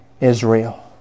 Israel